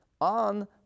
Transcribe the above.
on